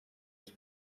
que